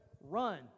run